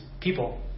people